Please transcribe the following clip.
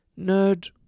nerd